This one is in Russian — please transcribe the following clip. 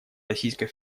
российской